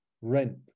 rent